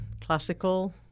classical